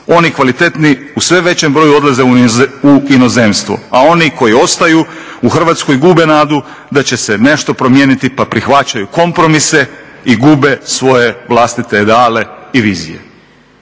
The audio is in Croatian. Oni kvalitetni u sve većem broju odlaze u inozemstvo, a oni koji ostaju u Hrvatskoj gube nadu da će se nešto promijeniti pa prihvaćaju kompromise i gube svoje vlastite ideale i vizije."